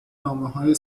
نامههای